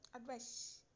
Advice